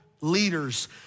leaders